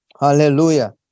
Hallelujah